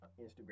Instagram